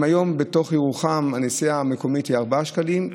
אם היום בתוך ירוחם הנסיעה המקומית היא 4 שקלים,